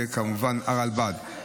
וכמובן הרלב"ד.